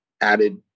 added